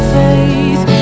faith